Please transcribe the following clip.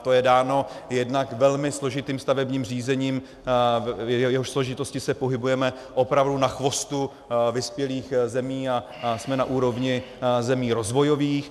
To je dáno jednak velmi složitým stavebním řízením, v jehož složitosti se pohybujeme opravdu na chvostu vyspělých zemí a jsme na úrovni zemí rozvojových.